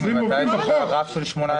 ממתי יש רף של 18?